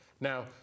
Now